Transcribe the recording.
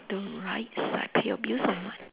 the right side pay your bills on~